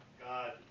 God